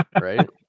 right